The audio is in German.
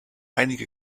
einige